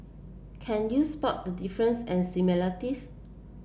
can you spot the difference and similarities